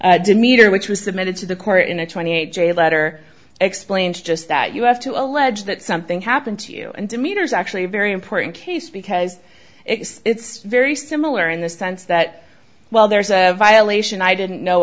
demeter which was submitted to the court in a twenty eight j letter explains just that you have to allege that something happened to you and demeter is actually very important case because it's very similar in the sense that well there's a violation i didn't know